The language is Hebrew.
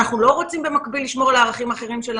ואנחנו לא רוצים במקביל לשמור על הערכים האחרים שלנו,